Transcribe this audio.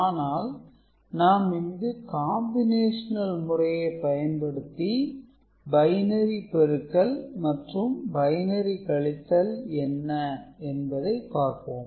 ஆனால் நாம் இங்கு combinatorial முறையை பயன்படுத்தி பைனரி பெருக்கல் மற்றும் பைனரி கழித்தல் என்ன என்பதை பார்ப்போம்